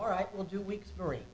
all right we'll do week story